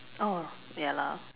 oh ya lah